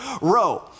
row